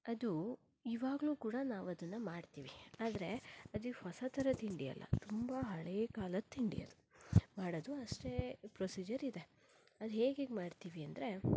ಅದು ಇವಾಗ್ಲೂ ಕೂಡ ನಾವದನ್ನು ಮಾಡ್ತೀವಿ ಆದರೆ ಅದು ಹೊಸ ಥರ ತಿಂಡಿ ಅಲ್ಲ ತುಂಬ ಹಳೆಯ ಕಾಲದ ತಿಂಡಿ ಅದು ಮಾಡೊದು ಅಷ್ಟೇ ಪ್ರೊಸಿಜರ್ ಇದೆ ಅದು ಹೇಗೇಗೆ ಮಾಡ್ತೀವಿ ಅಂದರೆ